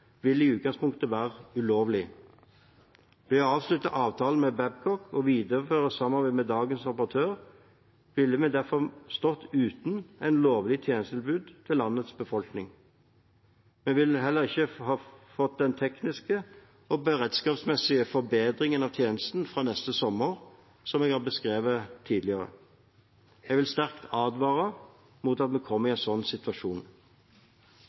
vil måtte gå på bekostning av pasientbehandlingen. En forlengelse av dagens avtale med Lufttransport uten en ny anbudsrunde ville i utgangspunktet være ulovlig. Ved å avslutte avtalen med Babcock og videreføre samarbeidet med dagens operatør ville vi derfor stått uten et lovlig tjenestetilbud til landets befolkning. Vi ville heller ikke fått den tekniske og beredskapsmessige forbedringen av tjenesten fra neste sommer, som jeg har beskrevet tidligere. Jeg vil sterkt